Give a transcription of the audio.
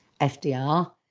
FDR